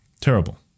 Terrible